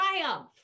Triumph